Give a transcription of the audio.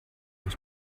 muss